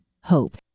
hope